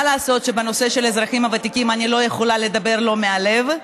מה לעשות שבנושא של האזרחים הוותיקים אני לא יכולה לדבר שלא מהלב.